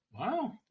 Wow